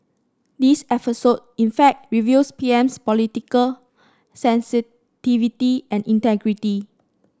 this episode in fact reveals PM's political sensitivity and integrity